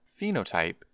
Phenotype